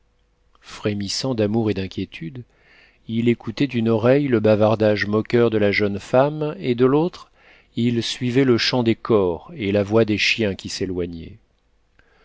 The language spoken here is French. frémissant d'amour et d'inquiétude il écoutait d'une oreille le bavardage moqueur de la jeune femme et de l'autre il suivait le chant des cors et la voix des chiens qui s'éloignaient